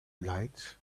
lights